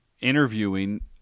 interviewing